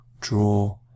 draw